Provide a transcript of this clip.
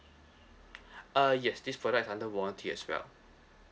uh yes this product is under warranty as well